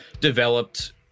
developed